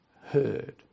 heard